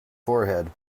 forehead